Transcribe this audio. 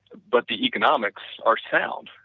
but the economics are sound,